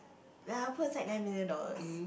then I'll put aside nine million dollars